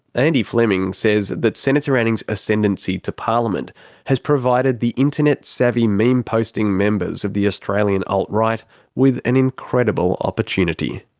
andy fleming says that senator anning's ascendency to parliament has provided the internet savvy, meme-posting members of the australian alt-right with an incredible opportunity.